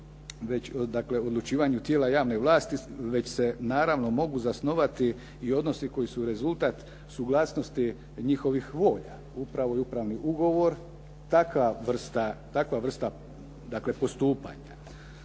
u odlučivanju tijela javne vlasti već se naravno mogu zasnovati i odnosi koji su rezultat suglasnosti njihovih volja. Upravo i upravni ugovor, takva vrsta dakle postupanja.